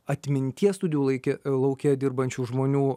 atminties studijų laike lauke dirbančių žmonių